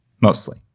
mostly